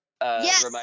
Yes